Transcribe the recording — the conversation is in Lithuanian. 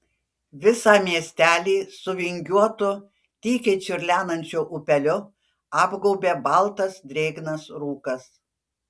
visą miesteli su vingiuotu tykiai čiurlenančiu upeliu apgaubė baltas drėgnas rūkas